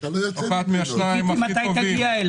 או אחר מהשניים הכי טובים.